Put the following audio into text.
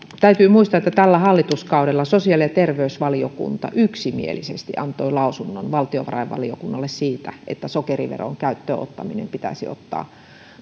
täytyy muistaa että tällä hallituskaudella sosiaali ja terveysvaliokunta yksimielisesti antoi lausunnon valtiovarainvaliokunnalle siitä että sokeriveron käyttöön ottaminen pitäisi ottaa